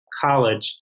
College